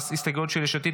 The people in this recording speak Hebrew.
ההסתייגויות של יש עתיד,